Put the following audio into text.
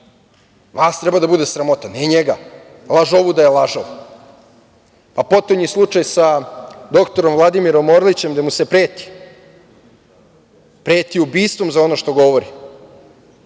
vas treba da bude sramota, ne nega, lažovu da je lažov. Potonji slučaj sa dr Vladimirom Orlićem gde mu se preti, preti ubistvom za ono što govori,